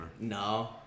No